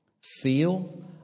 feel